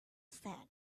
said